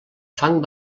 fang